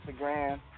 Instagram